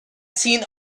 seen